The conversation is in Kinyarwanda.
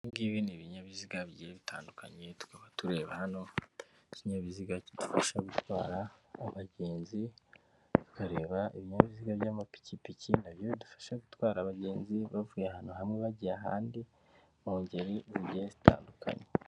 Ibi ngibindi ni ibinyabiziga bigiye bitandukanye, tukaba tureba hano ikinyabiziga kidufasha gutwara abagenzi, tukareba ibinyabiziga by'amapikipiki na byo bidufasha gutwara abagenzi bavuye ahantu hamwe bajya ahandi mu ngeri zigiye zitandukanye.